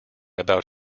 about